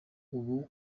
ubu